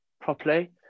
properly